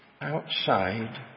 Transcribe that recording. outside